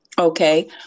Okay